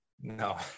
no